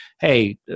hey